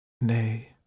Nay